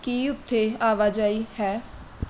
ਕੀ ਉੱਥੇ ਆਵਾਜਾਈ ਹੈ